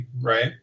right